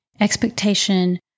expectation